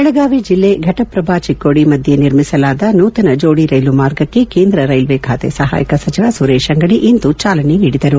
ಬೆಳಗಾವಿ ಜಿಲ್ಲೆ ಫಟಪ್ರಭಾ ಚಿಕ್ಕೋಡಿ ಮಧ್ಯೆ ನಿರ್ಮಿಸಲಾದ ನೂತನ ಜೋಡಿ ರೈಲು ಮಾರ್ಗಕ್ಕೆ ಕೇಂದ್ರ ರೈಲ್ವೆ ಖಾತೆ ಸಹಾಯಕ ಸಚಿವ ಸುರೇಶ್ ಅಂಗಡಿ ಇಂದು ಚಾಲನೆ ನೀಡಿದರು